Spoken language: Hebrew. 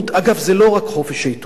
אגב, זה לא רק חופש העיתונות.